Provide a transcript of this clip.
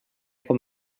com